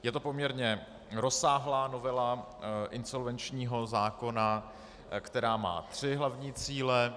Je to poměrně rozsáhlá novela insolvenčního zákona, která má tři hlavní cíle.